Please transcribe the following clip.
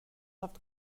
haft